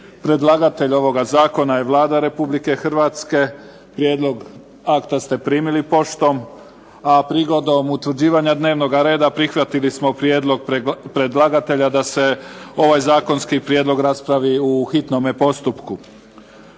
Predlagatelj ovoga zakona je Vlada Republike Hrvatske. Prijedlog akta ste primili poštom, a prigodom utvrđivanja dnevnoga reda prihvatili smo prijedlog predlagatelja da se ovaj zakonski prijedlog raspravi u hitnome postupku.